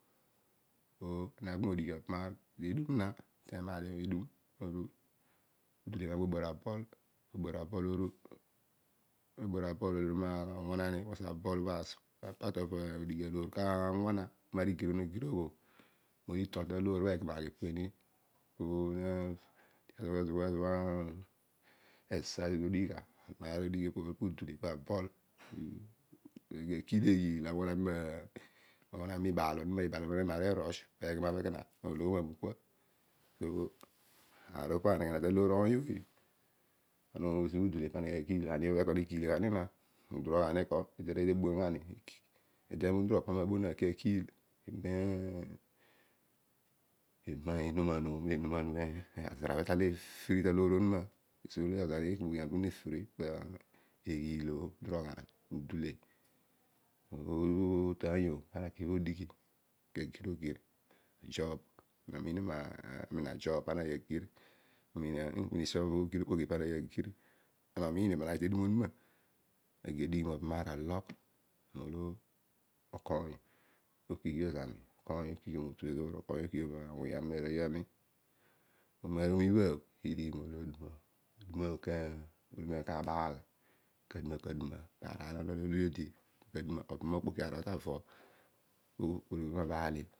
Pani na tumodighi aar tedum na noor man ibhe chu otughel puno ki mo bor aball. Ana ubor aball obho aloor onuma awana ni. because aball obho asport. part of odighi aloor ka wana lo angir o no girogh itol tabor o. kuzobho exercise anaaghi akiil eghiil pibaal onuma ne maar erush peegamabho ekona iilomu kua so aar opo aneghe taloor oiy ooy. na si mudule po noghi okiil araani eko ede nebor ghani ndurogh pamina bou aki akiil anoman pazara ne free taloor onuna. pe eghiil o udule obho ootaiyo pu toki modighi ajob ana miin esi oghi ogir mana naaghi agir ana omiinio pana ghi tedun onuma aki adighi mobam aar alogh molo okoiy okighio zanu okoiy okighio motu ezoor. okoiy okighio mawuny ami na aroiy ami kaduma kaduma aar lo ole odi. obam okpoki arol tavo pologhi obaalio